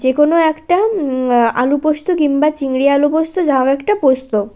যে কোনো একটা আলু পোস্ত কিম্বা চিংড়ি আলু পোস্ত যা হোক একটা পোস্ত